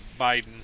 Biden